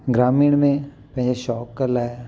ग्रामीण में पंहिंजे शौक़ लाइ